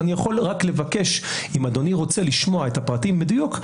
ואני יכול רק לבקש אם אדוני רוצה לשמוע את הפרטים בדיוק,